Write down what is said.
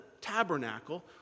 tabernacle